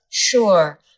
Sure